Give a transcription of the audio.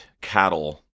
cattle